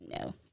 No